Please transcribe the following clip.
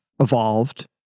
evolved